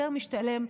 יותר משתלם,